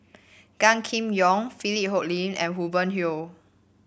Gan Kim Yong Philip Hoalim and Hubert Hill